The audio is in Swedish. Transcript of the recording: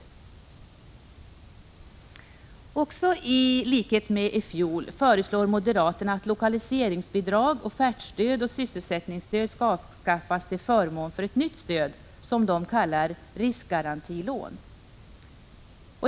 I likhet med förra året föreslår moderaterna att lokaliseringsbidrag, offertstöd och sysselsättningsstöd skall avskaffas till förmån för ett nytt stöd, som de kallar riskgarantilån.